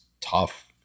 tough